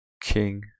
King